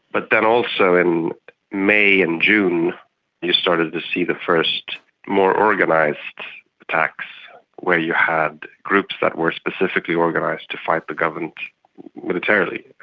but then also in may and june you started to see the first more organised attacks where you had groups that were specifically organised to fight the government militarily,